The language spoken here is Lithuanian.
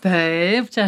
taip čia